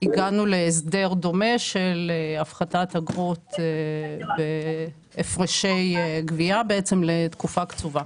הגענו להסדר דומה של הפחתת אגרות בהפרשי גבייה בעצם לתקופה קצובה.